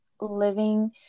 living